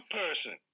person